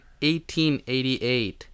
1888